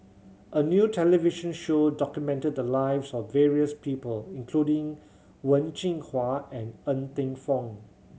a new television show documented the lives of various people including Wen Jinhua and Ng Teng Fong